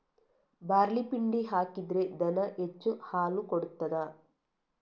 Barley ಪಿಂಡಿ ಹಾಕಿದ್ರೆ ದನ ಹೆಚ್ಚು ಹಾಲು ಕೊಡ್ತಾದ?